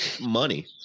money